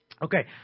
Okay